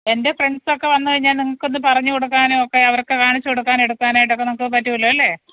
എൻ്റെ ഫ്രണ്ട്സൊക്കെ വന്നുകഴിഞ്ഞാല് നിങ്ങള്ക്കൊന്നു പറഞ്ഞു കൊടുക്കാനൊക്കെ അവർക്ക് കാണിച്ചു കൊടുക്കാനും എടുക്കാനൊക്കെയായിട്ടൊക്കെ നമുക്ക് പറ്റുമല്ലോ അല്ലെ